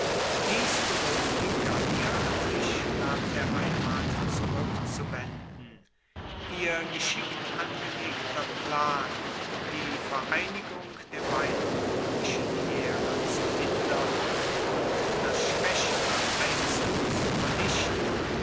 dies bewog die gallier sich nach der heimat zurueckzuwenden ihr geschickt angelegter plan die vereinigung der beiden roemischen heere zu hindern und das schwaechere einzeln zu vernichten